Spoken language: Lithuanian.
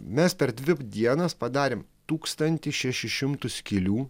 mes per dvi dienas padarėm tūkstantį šešis šimtus skylių